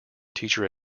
teacher